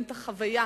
אין החוויה